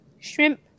Shrimp